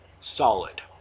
Solid